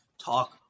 talk